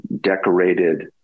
decorated